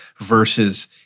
versus